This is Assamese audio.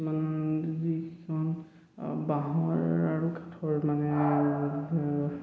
বাঁহৰ আৰু কাঠৰ মানে